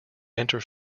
enter